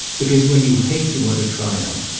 because when you hate you want to triumph,